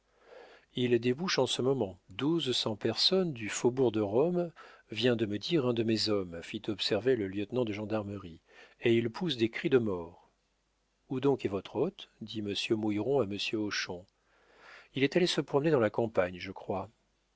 il débouche en ce moment douze cents personnes du faubourg de rome vient de me dire un de mes hommes fit observer le lieutenant de gendarmerie et ils poussent des cris de mort où donc est votre hôte dit monsieur mouilleron à monsieur hochon il est allé se promener dans la campagne je crois